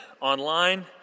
online